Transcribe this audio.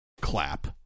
Clap